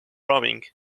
rowing